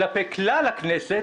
כלפי כלל הכנסת,